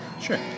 Sure